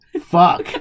Fuck